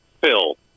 Phil